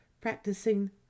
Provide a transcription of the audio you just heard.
practicing